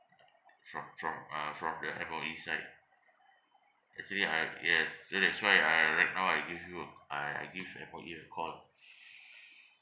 from from uh from the M_O_E side actually I yes so that's why uh right now I give you a I I give M_O_E a call